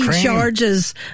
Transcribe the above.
charges